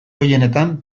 gehienetan